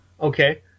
Okay